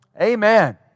Amen